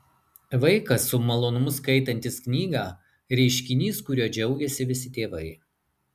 vaikas su malonumu skaitantis knygą reiškinys kuriuo džiaugiasi visi tėvai